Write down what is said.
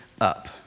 up